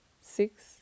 six